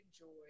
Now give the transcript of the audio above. enjoy